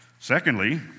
Secondly